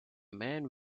man